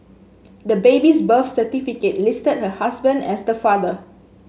the baby's birth certificate listed her husband as the father